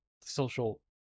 social